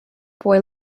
boy